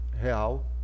real